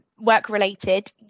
Work-related